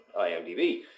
IMDb